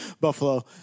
Buffalo